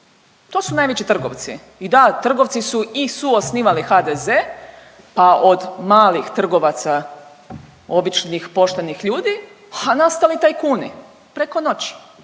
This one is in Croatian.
To su najveći trgovci. I da, trgovci su i suosnivali HDZ, pa od malih trgovaca običnih poštenih ljudi a nastali tajkuni preko noći,